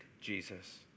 Jesus